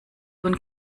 und